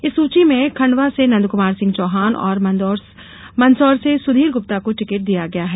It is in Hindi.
इस सूची में खंडवा से नंदकुमार सिंह चौहान और मंदसौर से सुधीर गुप्ता को टिकट दिया गया है